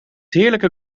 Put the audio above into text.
heerlijke